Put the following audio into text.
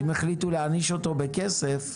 אם החליטו להעניש אותו בכסף,